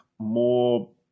more